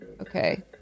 Okay